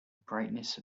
brightness